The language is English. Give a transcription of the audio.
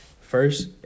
First